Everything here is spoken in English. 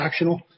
transactional